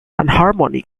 enharmonic